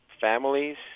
families